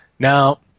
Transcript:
Now